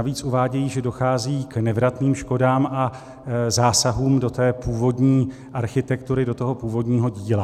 Navíc uvádějí, že dochází k nevratným škodám a zásahům do původní architektury, do toho původního díla.